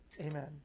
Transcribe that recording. Amen